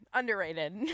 underrated